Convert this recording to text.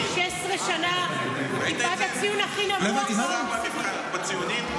16 שנה --- הציון הכי נמוך ב-OECD.